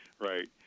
right